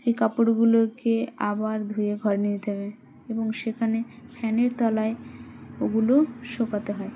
সেই কাপড়গুলোকে আবার ধুয়ে ঘরে নিয়ে নিতে হবে এবং সেখানে ফ্যানের তলায় ওগুলো শুকাতে হয়